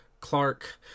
Clark